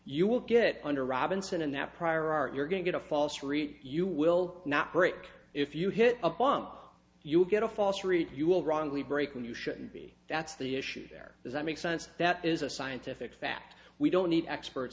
you will get under robinson and that prior art you're going to get a false read you will not break if you hit a bump you'll get a false read you will wrongly break when you shouldn't be that's the issue there is that make sense that is a scientific fact we don't need expert